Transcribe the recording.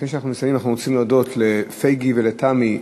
לפני שנסיים אנחנו רוצים להודות לפייגי ולתמי,